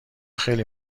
خیلی